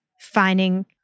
finding